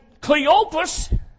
Cleopas